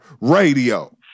Radio